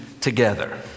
together